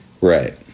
Right